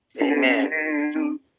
Amen